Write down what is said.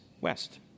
west